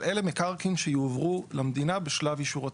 אבל אלה מקרקעין שיועברו למדינה בשלב אישור התוכנית.